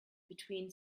between